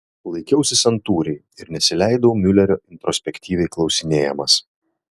laikiausi santūriai ir nesileidau miulerio introspektyviai klausinėjamas